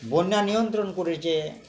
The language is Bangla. বন্যা নিয়ন্ত্রণ করেছে